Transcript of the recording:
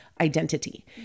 identity